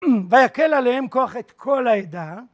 ויקל עליהם כוח את כל העדה